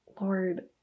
Lord